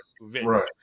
Right